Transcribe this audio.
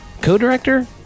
co-director